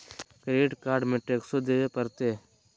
Credit card में टेक्सो देवे परते?